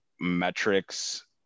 metrics